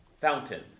fountain